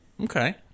Okay